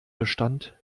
bestand